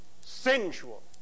sensual